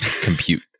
compute